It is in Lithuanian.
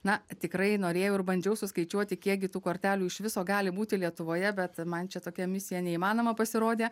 na tikrai norėjau ir bandžiau suskaičiuoti kiekgi tų kortelių iš viso gali būti lietuvoje bet man čia tokia misija neįmanoma pasirodė